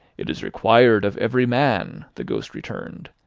it is required of every man, the ghost returned,